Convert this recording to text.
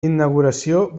inauguració